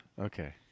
Okay